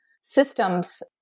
systems